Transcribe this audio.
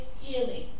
healing